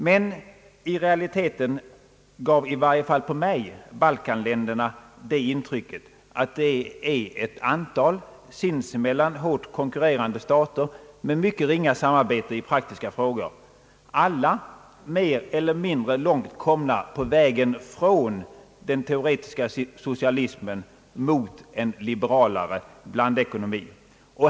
Men i realiteten gav i varje fall för mig Balkanländerna det intrycket, att de är ett antal sinsemellan hårt konkurrerande stater med mycket ringa samarbete i praktiska frågor, alla mer eller mindre långt komna på vägen från den teoretiska socialismen mot en liberalare blandekonomi.